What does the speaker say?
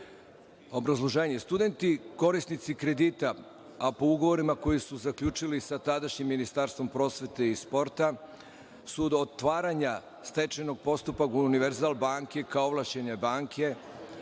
studenti, korisnici kredita, a po ugovorima koje su zaključili sa tadašnjim Ministarstvom prosvete i sporta su do otvaranja stečajnog postupka Univerzal banke, kao ovlašćene banke,